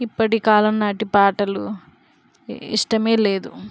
ఇప్పటి కాలం నాటి పాటలు ఇష్టమే లేదు